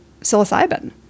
psilocybin